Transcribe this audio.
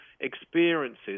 experiences